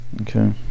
Okay